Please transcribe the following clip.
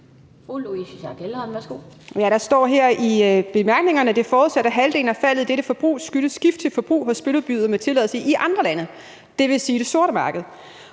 Der står her i bemærkningerne, at det er forudsat, at halvdelen af faldet i dette forbrug skyldes skift til forbrug hos spiludbydere med tilladelse i andre lande, dvs. det sorte marked.